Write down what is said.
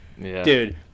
Dude